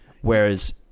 Whereas